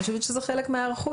אני חושבת שזה חלק מההיערכות.